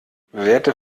werte